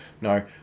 no